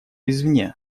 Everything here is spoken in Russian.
извне